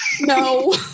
No